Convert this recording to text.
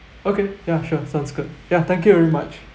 okay ya sure sounds good yeah thank you very much